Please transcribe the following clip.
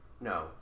No